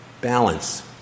Balance